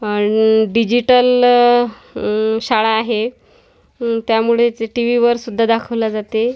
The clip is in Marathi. आणि डिजीटल शाळा आहे त्यामुळे टी व्हीवरसुद्धा दाखवल्या जाते